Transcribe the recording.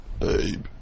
Babe